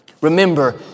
Remember